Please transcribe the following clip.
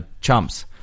chumps